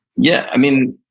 yeah. i mean,